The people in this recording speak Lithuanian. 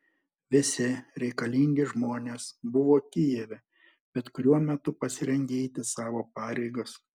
visi reikalingi žmonės buvo kijeve bet kuriuo metu pasirengę eiti savo pareigas